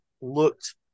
looked